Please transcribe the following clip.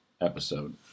episode